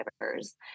drivers